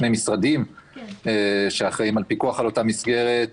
משרדים שאחראים על פיקוח על אותה מסגרת.